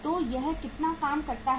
तो यह कितना काम करता है